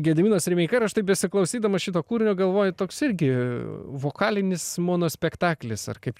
gediminas rimeika ir aš taip besiklausydamas šito kūrinio galvoju toks irgi vokalinis monospektaklis ar kaip